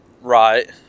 right